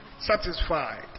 satisfied